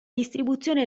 distribuzione